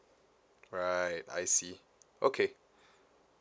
right I see okay